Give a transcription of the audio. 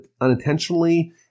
unintentionally